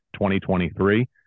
2023